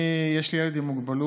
יש לי ילד עם מוגבלות